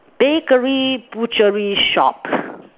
bakery butchery shop